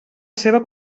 seva